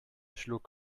schlug